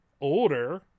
older